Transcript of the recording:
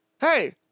Hey